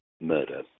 murder